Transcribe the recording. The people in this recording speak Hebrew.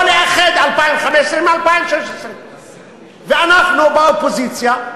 לא לאחד 2015 עם 2016. ואנחנו באופוזיציה,